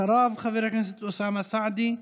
אחריו, חבר הכנסת אוסאמה סעדי,